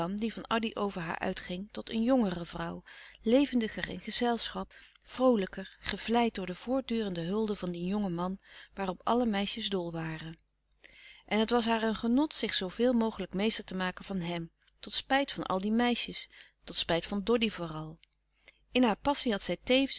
die van addy over haar uitging tot een jongere vrouw levendiger in gezelschap vroolijker gevleid door de voortdurende hulde van dien jongen man waarop alle meisjes dol waren en het was haar een genot zich zooveel mogelijk meester te maken van hem tot spijt van al die meisjes tot spijt van doddy vooral in haar passie had zij